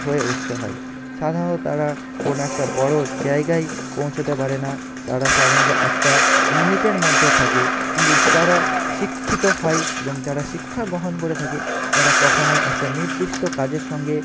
হয়ে উঠতে হয় সাধারণত তারা কোনো একটা বড়ো জায়গায় পৌঁছোতে পারে না তারা সাধারণত একটা লিমিটের মধ্যে থাকে কিন্তু যারা শিক্ষিত হয় এবং যারা শিক্ষাগ্রহণ করে থাকে তারা কখনো একটা নির্দিষ্ট কাজের সঙ্গে